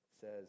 says